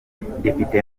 depite